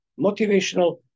motivational